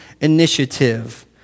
initiative